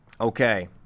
Okay